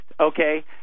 okay